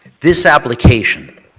this application